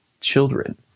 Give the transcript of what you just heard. children